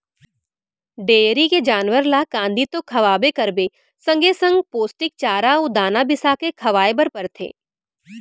dairy के जानवर ल कांदी तो खवाबे करबे संगे संग पोस्टिक चारा अउ दाना बिसाके खवाए बर परथे